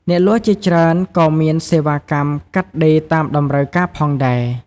អ្នកលក់ជាច្រើនក៏មានសេវាកម្មកាត់ដេរតាមតម្រូវការផងដែរ។